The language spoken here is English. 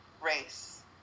race